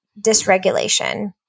dysregulation